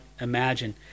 imagine